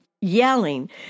yelling